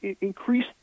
increase